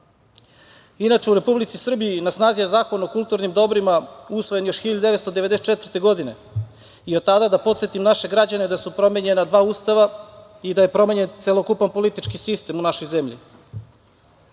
u Republici Srbiji na snazi je Zakon o kulturnim dobrima, usvojen još 1994. godine. Od tada, da podsetim naše građane, da su promenjena dva Ustava i da je promenjen celokupan politički sistem u našoj zemlji. Ovaj